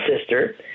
sister